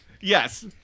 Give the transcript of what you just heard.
Yes